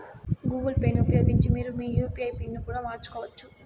Google పేని ఉపయోగించి మీరు మీ యూ.పీ.ఐ పిన్ ని కూడా మార్చుకోవచ్చు